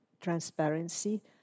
transparency